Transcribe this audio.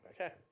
Okay